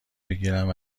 بگیرند